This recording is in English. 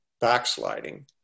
backsliding